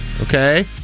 Okay